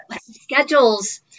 schedules